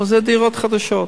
אבל זה דירות חדשות.